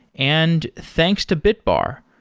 and thanks to bitbar.